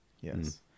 Yes